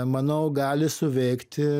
manau gali suveikti